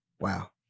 wow